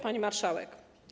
Pani Marszałek!